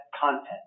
content